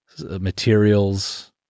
materials